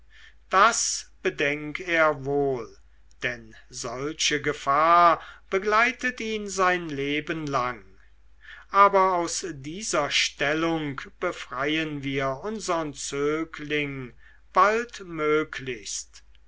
das bedenk er wohl denn solche gefahr begleitet ihn sein leben lang aber aus dieser stellung befreien wir unsern zögling baldmöglichst